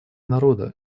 народа